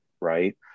Right